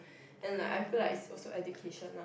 then like I feel like is also education lah